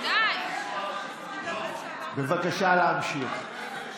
בבקשה להמשיך.